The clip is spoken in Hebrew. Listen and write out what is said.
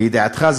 לידיעתכם,